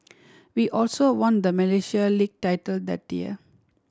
we also won the Malaysia League title that year